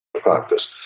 practice